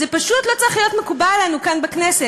זה פשוט לא צריך להיות מקובל עלינו כאן בכנסת,